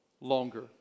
longer